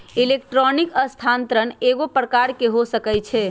electronic स्थानान्तरण कएगो प्रकार के हो सकइ छै